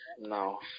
No